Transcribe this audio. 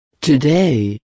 today